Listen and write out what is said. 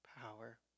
power